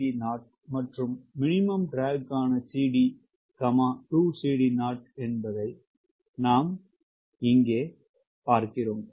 33CD0 மற்றும் minimum ட்ரக்க்கான CD 2CD0 என்பதை நாம் இங்கே பார்க்கிறோம்